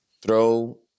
Throw